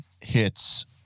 hits